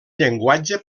llenguatge